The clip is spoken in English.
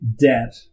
debt